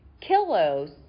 kilos